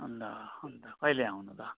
अन्त अन्त कहिले आउनु त